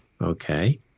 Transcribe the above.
okay